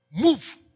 Move